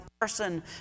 person